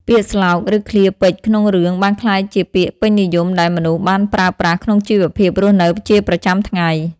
ពាក្យស្លោក ឬឃ្លាពេចន៍ក្នុងរឿងបានក្លាយជាពាក្យពេញនិយមដែលមនុស្សបានប្រើប្រាស់ក្នុងជីវភាពរស់នៅជាប្រចាំថ្ងៃ។